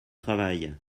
travail